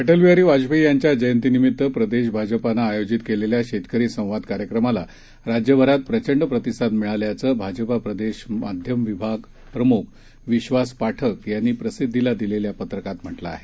अटलबिहारीवाजपेयीयांच्याजयंतीनिमितप्रदेशभाजपानंआयोजितकेलेल्याशेतकरीसंवाद कार्यक्रमालाराज्यभरातप्रचंडप्रतिसादमिळाल्याचंभाजपाप्रदेशमाध्यमविभागप्रम्खविश्वासपाठ कयांनीप्रसिद्धीलादिलेल्यापत्रकातम्हटलंआहे